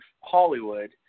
Hollywood